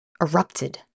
erupted